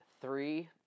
Three